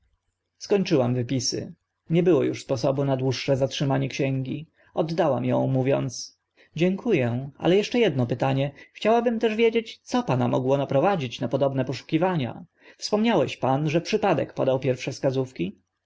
skończyłam wypisy nie było uż sposobu na dłuższe zatrzymanie księgi oddałam ą mówiąc dzięku ę ale eszcze edno pytanie chciałabym też wiedzieć co pana mogło naprowadzić na podobne poszukiwania wspominałeś pan że przypadek podał pierwsze wskazówki